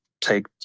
take